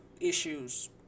issues